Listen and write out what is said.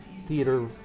theater